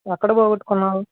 ఎక్కడ పోగొట్టుకున్నావు